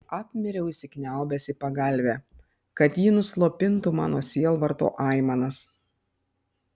apmiriau įsikniaubęs į pagalvę kad ji nuslopintų mano sielvarto aimanas